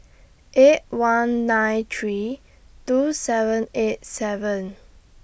eight one nine three two seven eight seven